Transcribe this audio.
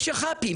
יש יח"פים